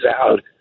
out